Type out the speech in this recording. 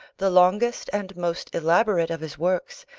the longest and most elaborate of his works,